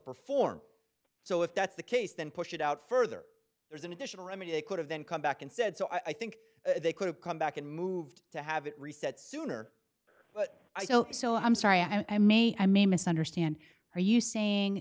perform so if that's the case then push it out further there's an additional remedy they could have then come back and said so i think they could have come back and moved to have it reset sooner but i don't so i'm sorry i may i may misunderstand are you saying